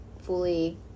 fully